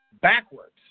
backwards